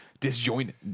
disjointed